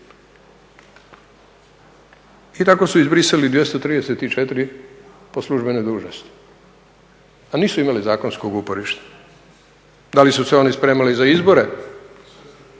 i tako su izbrisali 234 po službenoj dužnosti, a nisu imali zakonskog uporišta. Da li su se oni spremali za izbore?